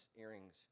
earrings